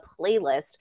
playlist